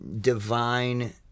divine